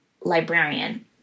Librarian